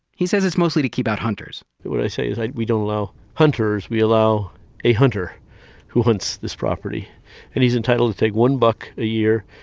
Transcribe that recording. he says it's mostly to keep out hunters what i say is, we don't allow hunters, we allow a hunter who hunts this property and he's entitled to take one buck a year.